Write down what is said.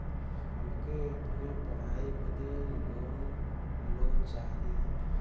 हमके अपने पढ़ाई बदे लोन लो चाही?